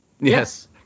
Yes